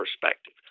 perspective